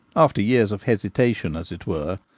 after years of hesitation as it were,